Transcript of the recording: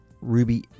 Ruby